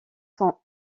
sont